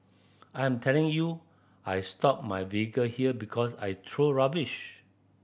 I'm telling you I stop my vehicle here because I throw rubbish